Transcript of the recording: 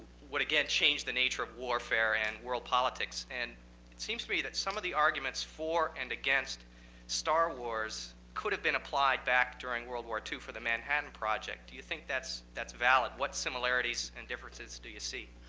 would again change the nature of warfare and world politics. and it seems to me that some of the arguments for and against star wars could have been applied back during world war ii for the manhattan project. do you think that's valid? valid? what similarities and differences do you see?